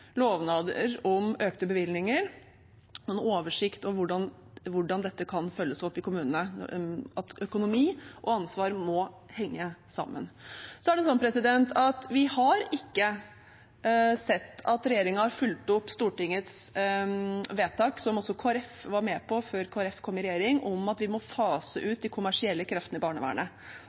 lovnader om økte bevilgninger og en oversikt over hvordan dette kan følges opp i kommunene. Økonomi og ansvar må henge sammen. Vi har ikke sett at regjeringen har fulgt opp Stortingets vedtak – som også Kristelig Folkeparti var med på før de kom i regjering – om at vi må fase ut de kommersielle kreftene i barnevernet.